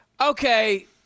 okay